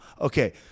Okay